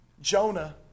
Jonah